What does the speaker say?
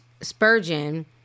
spurgeon